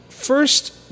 first